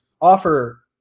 offer